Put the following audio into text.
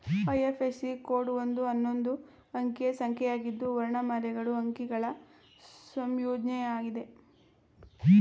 IFSC code ಒಂದು ಹನ್ನೊಂದು ಅಂಕಿಯ ಸಂಖ್ಯೆಯಾಗಿದ್ದು ವರ್ಣಮಾಲೆಗಳು ಅಂಕಿಗಳ ಸಂಯೋಜ್ನಯಾಗಿದೆ